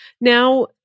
Now